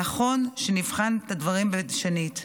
נכון שנבחן את הדברים שנית.